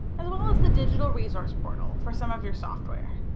as well as the digital resource portal for some of your software.